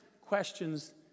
questions